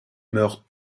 meurent